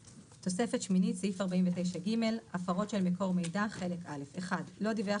תוספת שמינית (סעיף 49(ג)) הפרות של מקור מידע חלק א' לא דיווח